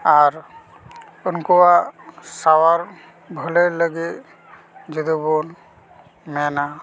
ᱟᱨ ᱩᱱᱠᱩᱣᱟᱜ ᱥᱟᱣᱟᱨ ᱵᱷᱟᱹᱞᱟᱹᱭ ᱞᱟᱹᱜᱤᱫ ᱡᱚᱫᱤᱵᱚᱱ ᱢᱮᱱᱟ